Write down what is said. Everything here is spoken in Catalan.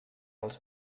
els